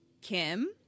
Kim